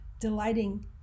delighting